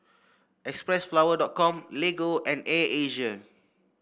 X Press flower dot com Lego and Air Asia